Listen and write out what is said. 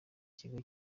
ikigo